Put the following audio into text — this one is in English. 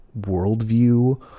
worldview